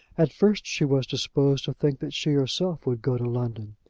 at first she was disposed to think that she herself would go to london.